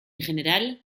general